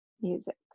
music